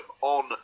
on